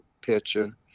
picture